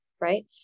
right